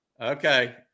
Okay